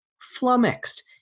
flummoxed